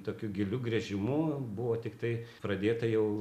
tokiu giliu gręžimu buvo tiktai pradėta jau